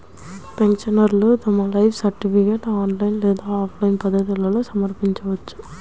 పెన్షనర్లు తమ లైఫ్ సర్టిఫికేట్ను ఆన్లైన్ లేదా ఆఫ్లైన్ పద్ధతుల్లో సమర్పించవచ్చు